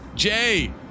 Jay